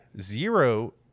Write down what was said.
zero